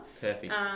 Perfect